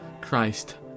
Christ